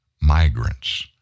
migrants